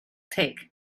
take